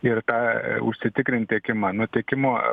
ir tą užsitikrint tiekimą nutiekimo